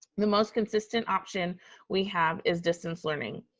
the most consistent option we have is distance learning.